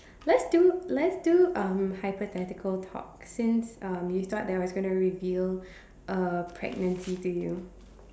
let's do let's do um hypothetical talks since um you thought that I was gonna reveal uh pregnancy to you